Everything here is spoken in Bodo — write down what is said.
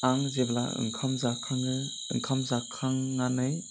आं जेब्ला ओंखाम जाखाङो ओंखाम जाखांनानै